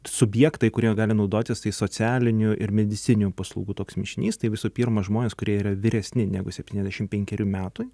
subjektai kurie gali naudotis tais socialinių ir medicininių paslaugų toks mišinys tai visų pirma žmonės kurie yra vyresni negu septyniasdešim penkerių metų